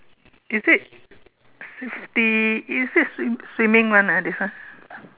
is it fifty is it swim~ swimming [one] ah this one